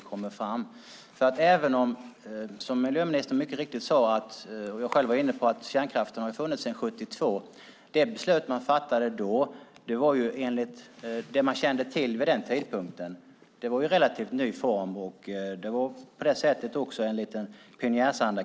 Kärnkraften har funnits sedan 1972. Då fattade man beslutet efter vad man kände till vid den tidpunkten, och kärnkraften var ju en relativt ny form som man startade upp i ett slags pionjärsanda.